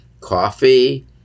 Coffee